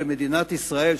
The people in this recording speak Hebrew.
במדינת ישראל,